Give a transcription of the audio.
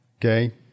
Okay